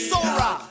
Sora